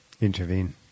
intervene